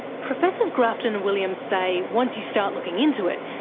professors grafton and williams say once you start looking into it,